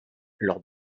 lors